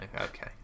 okay